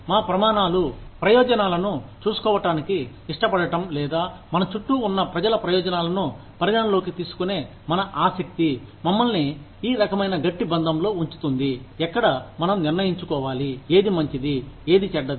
మా ప్రమాణాలు ప్రయోజనాలను చూసుకోవటానికి ఇష్టపడటం లేదా మన చుట్టూ ఉన్న ప్రజల ప్రయోజనాలను పరిగణలోకి తీసుకునే మన ఆసక్తి మమ్మల్ని ఈ రకమైన గట్టి బంధంలో ఉంచుతుంది ఎక్కడ మనం నిర్ణయించుకోవాలి ఏది మంచిది ఏది చెడ్డది